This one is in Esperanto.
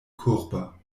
kurba